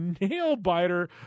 nail-biter